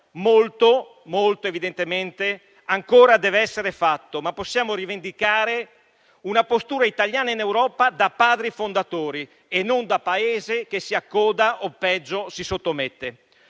no, molto evidentemente ancora deve essere fatto, ma possiamo rivendicare una postura italiana in Europa, da Padri fondatori e non da Paese che si accoda, o peggio si sottomette.